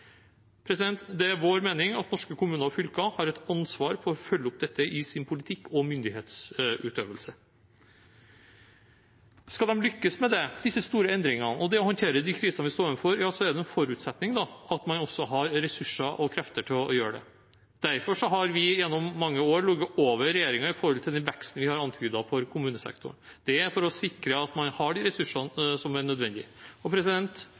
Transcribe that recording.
Det er vår mening at norske kommuner og fylker har et ansvar for å følge opp dette i sin politikk og myndighetsutøvelse. Skal de lykkes med det – disse store endringene og det å håndtere de krisene vi står overfor – er det en forutsetning at man også har ressurser og krefter til å gjøre det. Derfor har vi gjennom mange år ligget over regjeringen med tanke på den veksten vi har antydet for kommunesektoren. Det er for å sikre at man har de ressursene som er nødvendig.